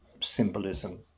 Symbolism